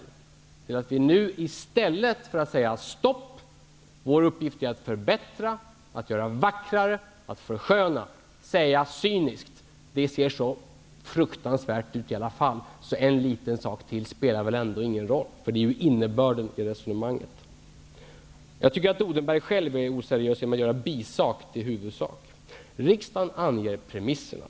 I stället för att säga att vi skall stoppa och att vår uppgift är att förbättra, göra vackrare och försköna, säger man cyniskt att det ser så fruktansvärt ut i alla fall att en liten sak till inte spelar någon roll. Det är ju innebörden i resonemanget. Jag tycker att Mikael Odenberg själv är oseriös när han gör bisak till huvudsak. Riksdagen anger premisserna.